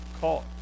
caught